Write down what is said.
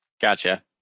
Gotcha